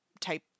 type